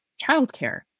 childcare